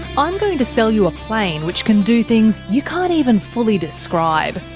i'm going to sell you a plane which can do things you can't even fully describe.